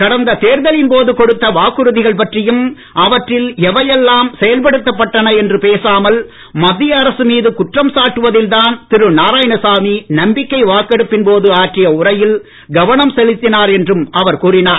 கடந்த தேர்தலின் போது கொடுத்த வாக்குறுதிகள் பற்றியும் அவற்றில் எவை எல்லாம் செயல்படுத்தப்பட்டன என்று பேசாமல் மத்திய அரசு மீது குற்றம் சாட்டுவதில் தான் திரு நாராயணசாமி நம்பிக்கை வாக்கெடுப்பின் போது ஆற்றிய உரையில் கவனம் செலுத்தினார் என்றும் அவர் கூறினார்